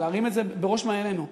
נשים את זה בראש מעיינינו,